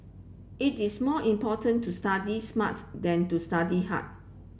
it is more important to study smart than to study hard